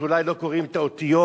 שאולי לא קוראים את האותיות,